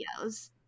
videos